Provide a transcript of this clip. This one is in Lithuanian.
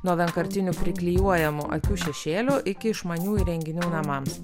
nuo vienkartinių priklijuojamų akių šešėlių iki išmaniųjų įrenginių namams